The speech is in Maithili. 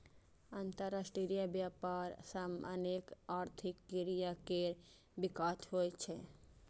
अंतरराष्ट्रीय व्यापार सं अनेक आर्थिक क्रिया केर विकास होइ छै